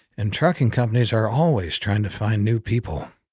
and trucking companies are always trying to find new people.